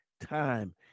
time